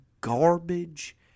garbage